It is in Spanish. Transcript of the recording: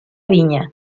viña